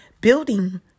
building